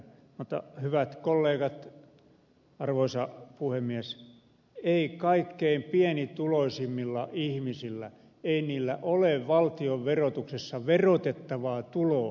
mutta hyvät kollegat arvoisa puhemies ei kaikkein pienituloisimmilla ihmisillä ei heillä ole valtion verotuksessa verotettavaa tuloa